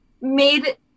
made